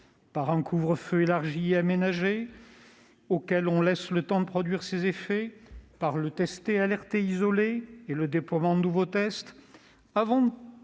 Par un couvre-feu élargi et aménagé, auquel on laisserait le temps de produire ses effets ? Par le « tester, alerter, isoler » et le déploiement des nouveaux tests